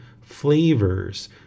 flavors